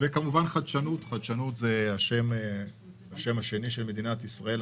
חדשנות זה השם השני של מדינת ישראל.